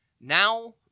Now